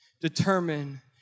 determine